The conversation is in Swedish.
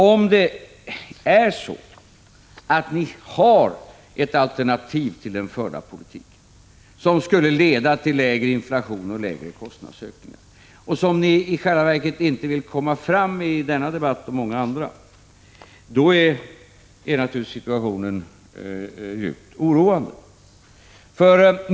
Om ni har ett alternativ till den förda politiken, som skulle leda till lägre inflation och mindre kostnadsökningar men som ni i själva verket inte vill presentera vare sig i den här debatten eller i andra debatter, är det naturligtvis djupt oroande.